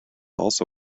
also